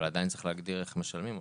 אבל עדיין צריך להגדיר איך משלמים אותו.